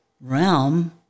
realm